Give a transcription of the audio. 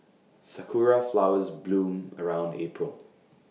Sakura Flowers bloom around April